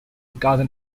garden